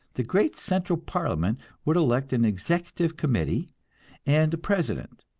the great central parliament would elect an executive committee and a president,